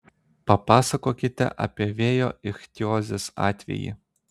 papasakokite apie vėjo ichtiozės atvejį